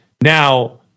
Now